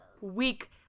week